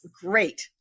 great